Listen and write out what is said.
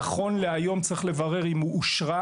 נכון להיום צריך לברר אם היא אושרה.